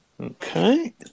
Okay